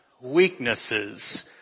weaknesses